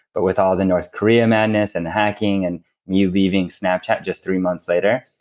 but with all the north korea madness, and the hacking and me leaving snapchat just three months later,